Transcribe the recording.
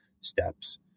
steps